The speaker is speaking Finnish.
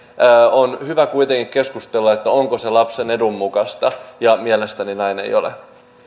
on hyvä kuitenkin keskustella onko se lapsen edun mukaista ja mielestäni näin ei ole